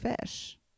fish